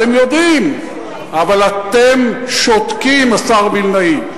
אתם יודעים, אבל אתם שותקים, השר וילנאי.